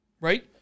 Right